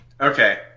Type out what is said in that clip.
Okay